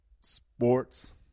sports